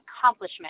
accomplishment